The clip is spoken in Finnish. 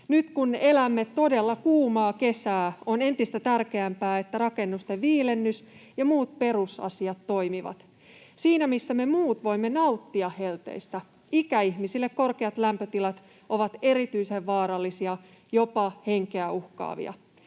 Nyt kun elämme todella kuumaa kesää, on entistä tärkeämpää, että rakennusten viilennys ja muut perusasiat toimivat. Siinä missä me muut voimme nauttia helteistä, ikäihmisille korkeat lämpötilat ovat erityisen vaarallisia, jopa henkeä uhkaavia.